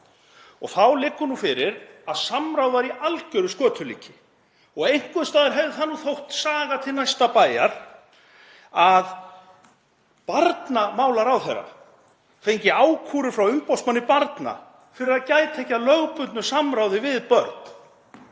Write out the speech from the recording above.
Þá liggur nú fyrir að samráð var í algeru skötulíki og einhvers staðar hefði það þótt saga til næsta bæjar að barnamálaráðherra fengi ákúrur frá umboðsmanni barna fyrir að gæta ekki að lögbundnu samráði við börn.